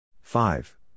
Five